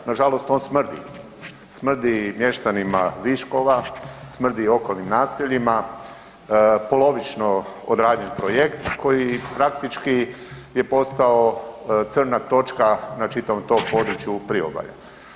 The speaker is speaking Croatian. Nažalost on smrdi, smrdi i mještanima Viškova, smrdi i okolnim naseljima, polovično odrađen projekt koji praktički je postao crna točka na čitavom tom području Priobalja.